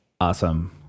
Awesome